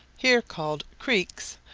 here called creeks,